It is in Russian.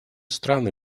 страны